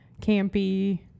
campy